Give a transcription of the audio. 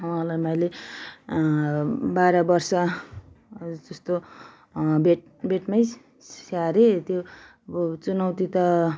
उहाँलाई मैले बाह्र वर्ष जस्तो बेड बेडमै स्याहारे त्यो अब चुनौती त